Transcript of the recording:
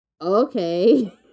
Okay